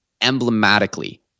emblematically